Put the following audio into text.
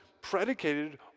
predicated